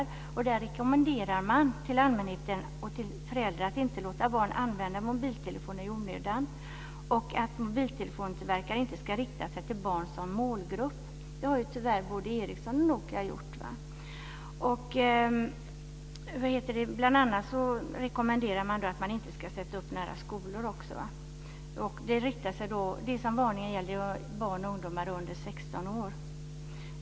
I England rekommenderar man allmänhet och föräldrar att inte låta barn använda mobiltelefoner i onödan och mobiltillverkare att inte rikta sig till barn som målgrupp. Det har ju tyvärr både Ericsson och Nokia gjort. Bl.a. rekommenderar man att sändare till mobiltelefoner inte ska sättas upp nära skolor. Varningen gäller barn och ungdomar under 16 år.